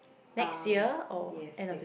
next year or end of the